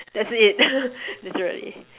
that's it